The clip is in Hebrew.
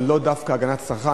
אבל לא דווקא הגנת הצרכן,